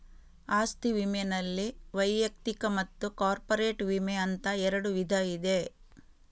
ಆಸ್ತಿ ವಿಮೆನಲ್ಲಿ ವೈಯಕ್ತಿಕ ಮತ್ತು ಕಾರ್ಪೊರೇಟ್ ವಿಮೆ ಅಂತ ಎರಡು ವಿಧ ಇದೆ